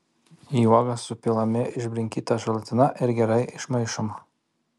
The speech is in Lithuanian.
į uogas supilami išbrinkyta želatina ir gerai išmaišoma